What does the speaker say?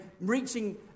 reaching